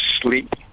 sleep